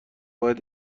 باید